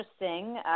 interesting